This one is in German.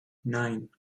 nein